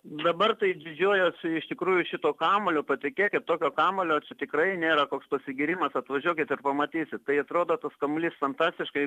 dabar tai didžiuojuosi iš tikrųjų šituo kamuoliu patikėkit tokio kamuolio tikrai nėra toks pasigyrimas atvažiuokite pamatysit tai atrodo tas kamuolys fantastiškai